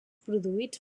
produïts